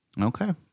Okay